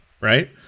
right